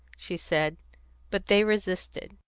she said but they resisted.